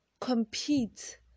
compete